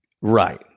Right